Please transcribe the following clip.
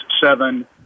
seven